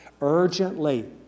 Urgently